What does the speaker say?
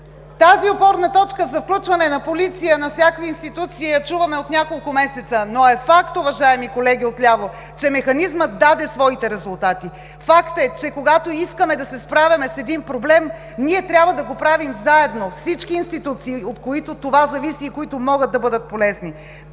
Тази опорна точка за включване на полиция във всякакви институции – чуваме я от няколко месеца, но е факт, уважаеми колеги от ляво, че механизмът даде своите резултати. Факт е, че когато искаме да се справяме с един проблем, ние трябва да го правим заедно – всички институции, от които зависи това и които могат да бъдат полезни.